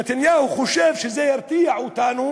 נתניהו חושב שזה ירתיע אותנו